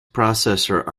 processor